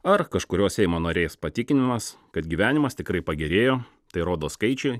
ar kažkurio seimo narės patikinimas kad gyvenimas tikrai pagerėjo tai rodo skaičiai